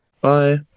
bye